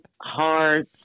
hard